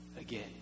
again